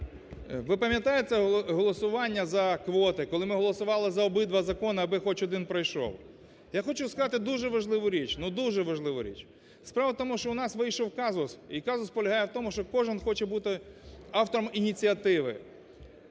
ви пам'ятаєте голосування за квоти, коли ми голосували за обидва закони, аби хоч один пройшов? Я хочу сказати дуже важливу річ, ну, дуже важливу річ. Справа в тому, що в нас вийшов казус, і казус полягає в тому, що кожен хоче бути автором ініціативи.